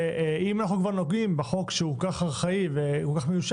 ואם אנחנו כבר נוגעים בחוק כל כך ארכאי ומיושן,